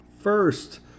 First